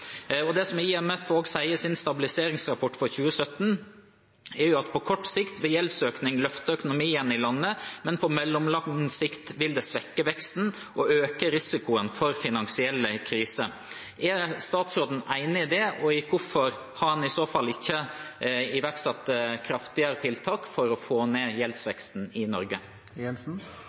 kort sikt vil løfte økonomien i landet, mens den på mellomlang sikt vil svekke veksten og øke risikoen for finansielle kriser. Er statsråden enig i det, og hvorfor har en i så fall ikke iverksatt kraftigere tiltak for å få ned gjeldsveksten i